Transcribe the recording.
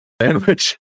sandwich